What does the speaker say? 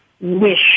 wish